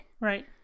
Right